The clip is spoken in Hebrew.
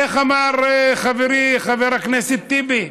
איך אמר חברי חבר הכנסת טיבי?